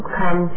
come